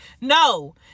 No